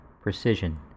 Precision